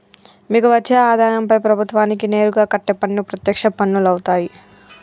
మీకు వచ్చే ఆదాయంపై ప్రభుత్వానికి నేరుగా కట్టే పన్ను ప్రత్యక్ష పన్నులవుతాయ్